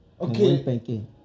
Okay